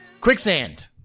Quicksand